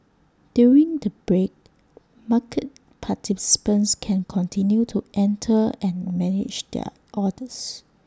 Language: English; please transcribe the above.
during the break market participants can continue to enter and manage their orders